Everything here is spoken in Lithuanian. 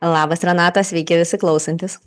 labas renata sveiki visi klausantis